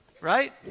Right